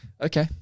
Okay